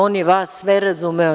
On je vas sve razumeo.